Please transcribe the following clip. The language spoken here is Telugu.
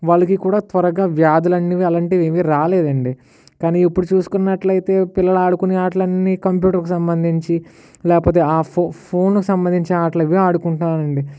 వాళ్ళకి కూడా త్వరగా వ్యాధులన్నీ అలాంటివి అవన్నీ రాలేదండీ కానీ ఇప్పుడు చూసుకున్నట్లు అయితే పిల్లలు ఆడుకునే ఆటలు అన్ని కంప్యూటర్కి సంబంధించి లేకపోతే ఫో ఫోన్కి సంబంధించిన ఆటలు ఇవే ఆడుకుంటున్నారు అండి